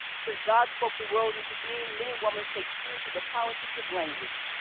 since god spoke the world into being, many womanists take seriously the politics of language,